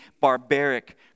barbaric